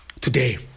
today